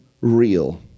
real